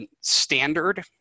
standard